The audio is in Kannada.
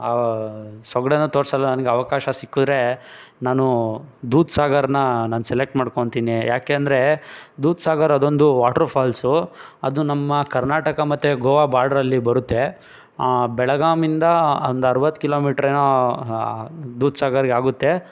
ಆ ಸೊಗ್ಡನ್ನು ತೋರಿಸಲು ನನ್ಗೆ ಅವಕಾಶ ಸಿಕ್ಕಿದ್ರೆ ನಾನು ದೂದ್ಸಾಗರನ್ನ ನಾನು ಸೆಲೆಕ್ಟ್ ಮಾಡ್ಕೊತೀನಿ ಯಾಕೆ ಅಂದರೆ ದೂದ್ಸಾಗರ್ ಅದೊಂದು ವಾಟ್ರ್ಫಾಲ್ಸು ಅದು ನಮ್ಮ ಕರ್ನಾಟಕ ಮತ್ತು ಗೋವಾ ಬಾರ್ಡ್ರಲ್ಲಿ ಬರುತ್ತೆ ಬೆಳಗಾಮಿಂದ ಒಂದು ಅರುವತ್ತು ಕಿಲೋಮೀಟ್ರೇನೋ ದೂದ್ಸಾಗರ್ಗೆ ಆಗುತ್ತೆ